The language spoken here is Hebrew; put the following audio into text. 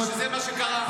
אמרתי שזה מה שקרה.